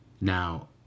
Now